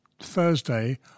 Thursday